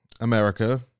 america